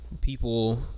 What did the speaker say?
people